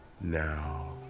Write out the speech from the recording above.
now